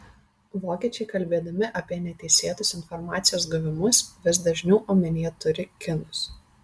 vokiečiai kalbėdami apie neteisėtus informacijos gavimus vis dažniau omenyje turi kinus